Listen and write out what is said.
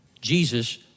Jesus